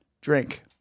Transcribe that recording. drink